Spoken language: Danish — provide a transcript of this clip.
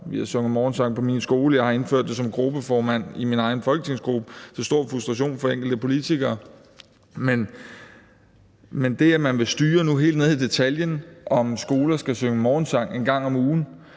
vi har sunget morgensang på min skole, og jeg har som gruppeformand indført det i min egen folketingsgruppe til stor frustration for enkelte politikere – men nu vil styre helt ned i detaljen, om skoler skal synge morgensang en gang om ugen,